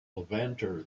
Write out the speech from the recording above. levanter